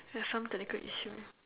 some technical issue